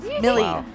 Millie